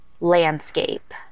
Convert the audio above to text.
landscape